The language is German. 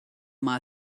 mal